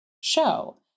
show